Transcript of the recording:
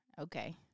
Okay